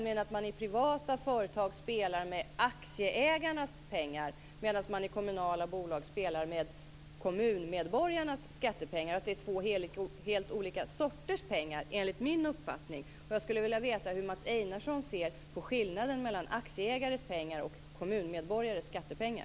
I privata företag spelar man med aktieägarnas pengar medan man i kommunala bolag spelar med kommuninvånarnas skattepengar. Det är enligt min uppfattning två helt olika sorters pengar. Jag skulle vilja veta hur Mats Einarsson ser på skillnaden mellan aktieägares pengar och kommuninvånares skattepengar.